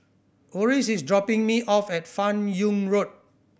Oris is dropping me off at Fan Yoong Road